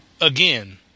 Again